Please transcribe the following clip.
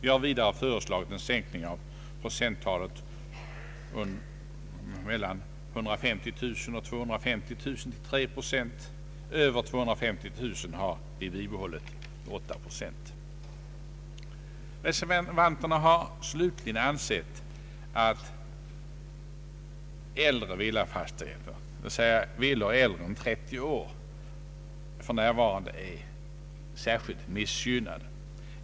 Vi har vidare föreslagit en sänkning av procenttalet mellan 150 000 och 250 000 till 3 procent. Över 250 000 har vi bibehållit 8 procent. Reservanterna har slutligen ansett att villor äldre än 30 år är särskilt miss gynnade för närvarande.